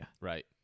Right